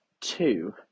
Two